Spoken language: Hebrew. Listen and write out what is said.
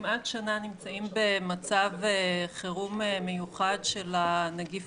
כמעט שנה נמצאים במצב חירום מיוחד של נגיף